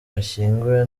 ashyinguwe